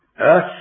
earth